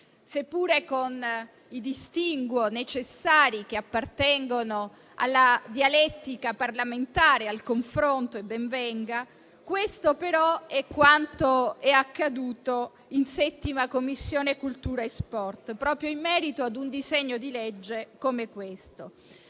Seppure con i distinguo necessari che appartengono alla dialettica parlamentare e al confronto - e ben venga - questo però è quanto è accaduto in 7a Commissione cultura e sport proprio in merito a un disegno di legge come quello